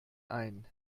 ein